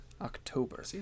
october